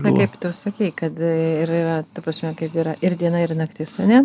na kaip tu sakei kad ir yra ta prasme kad yra ir diena ir naktis ane